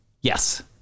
yes